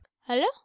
hello